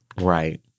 Right